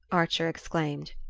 archer exclaimed.